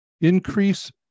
increase